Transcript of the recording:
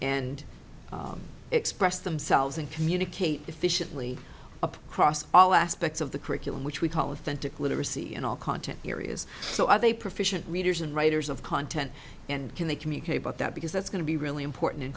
and express themselves and communicate efficiently up across all aspects of the curriculum which we call authentic literacy in all content areas so are they proficiency readers and writers of content and can they communicate about that because that's going to be really important in